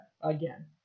again